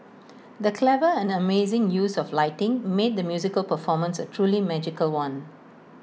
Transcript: the clever and amazing use of lighting made the musical performance A truly magical one